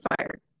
fired